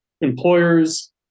employers